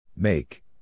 Make